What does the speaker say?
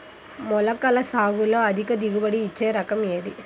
మొలకల సాగులో అధిక దిగుబడి ఇచ్చే రకం ఏది?